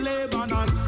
Lebanon